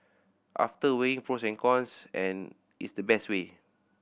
after weighing pros and cons and it's the best way